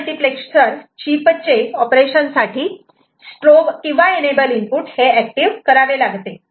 demultiplexer चीपचे operation साठी strobe किंवा एनेबल इनपुट हे ऍक्टिव्ह करावे लागते